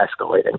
escalating